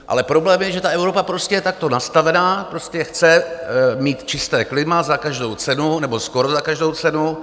Ale problém je, že ta Evropa je takto nastavená, prostě chce mít čisté klima za každou cenu nebo skoro za každou cenu.